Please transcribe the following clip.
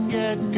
get